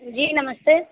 जी नमस्ते